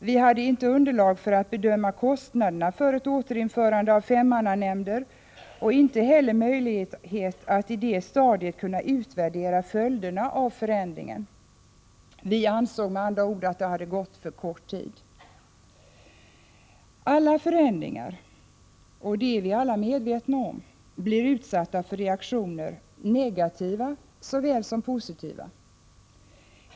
Vi hade inte underlag för att bedöma kostnaderna för ett återinförande av femmannanämnder och inte heller möjligheter att på det stadiet kunna utvärdera följderna av förändringen. Vi ansåg med andra ord att det hade gått för kort tid. Alla förändringar blir, det är vi alla medvetna om, utsatta för reaktioner, negativa såväl som positiva.